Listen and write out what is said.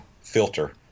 filter